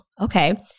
okay